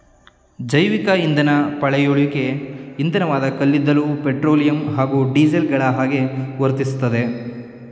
ಜೈವಿಕಇಂಧನ ಪಳೆಯುಳಿಕೆ ಇಂಧನವಾದ ಕಲ್ಲಿದ್ದಲು ಪೆಟ್ರೋಲಿಯಂ ಹಾಗೂ ಡೀಸೆಲ್ಗಳಹಾಗೆ ವರ್ತಿಸ್ತದೆ